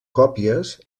còpies